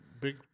big